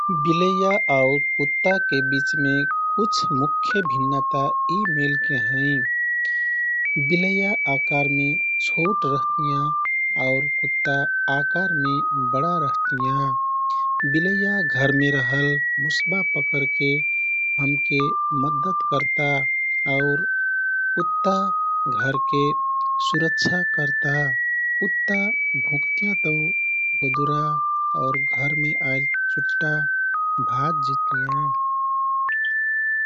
बिलैया आउ कुत्ताके बिचमे कुछ मुख्य भिन्नता यि मेलके है। बिलैया आकारमे छोट रहतियाँ आउर कुत्ता आकारमे बडा रहतियाँ। बिलैया घरमे रहल मुस्बा पकरके हमके मद्दत करता आउर कुत्ता घरके सुरक्षा करता। कुत्ता भुँकतियाँ तौ गदरा आउर घरमे आइल चुट्टा भाज जितियाँ।